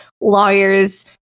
lawyers